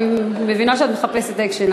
אני מבינה שאת מחפשת אקשן,